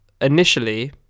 initially